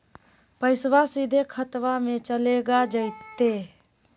पैसाबा सीधे खतबा मे चलेगा जयते?